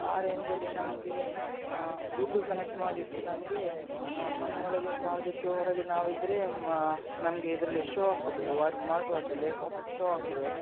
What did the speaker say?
ಆ ರೇಂಜಲ್ಲಿ ನಮಗೆ ಬ್ಲುತೂತ್ ಕನೆಕ್ಟ್ ಮಾಡಿಟ್ಟರೆ ನಮಗೆ ಮನೆ ಒಳಗೆ ಚಾರ್ಜ್ ಇಟ್ಟು ಹೊರಗೆ ನಾವಿದ್ದರೆ ಮ ನಮಗೆ ಇದರಲ್ಲಿ ಶೋ ಆಗ್ತದೆ ವಾಚ್ ಸ್ಮಾರ್ಟ್ ವಾಚಲ್ಲಿ ಪಾಪ್ ಅಪ್ ಶೋ ಆಗ್ತದೆ